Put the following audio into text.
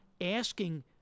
asking